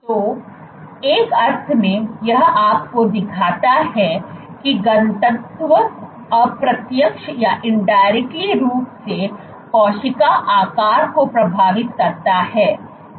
तो एक अर्थ में यह आपको दिखाता है कि घनत्व अप्रत्यक्ष रूप से कोशिका आकार को प्रभावित करता है